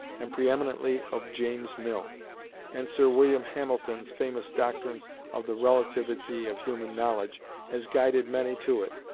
and pre-eminently of james mill and sir william hamilton's famous doctrine of the relativity of human knowledge has guided many to it,